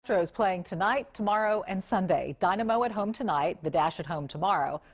astros playing tonight, tomorrow, and sunday. dynamo at home tonight. the dash at home tomorrow.